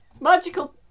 Magical